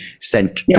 sent